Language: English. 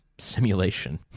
simulation